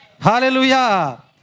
Hallelujah